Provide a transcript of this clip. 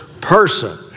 person